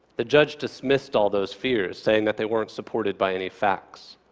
the judge dismissed all those fears, saying that they weren't supported by any facts.